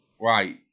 right